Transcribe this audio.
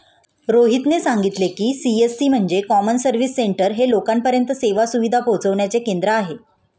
रोहितने सांगितले की, सी.एस.सी म्हणजे कॉमन सर्व्हिस सेंटर हे लोकांपर्यंत सेवा सुविधा पोहचविण्याचे केंद्र आहे